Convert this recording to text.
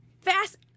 Fast